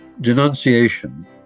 Denunciation